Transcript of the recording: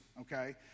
okay